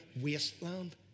wasteland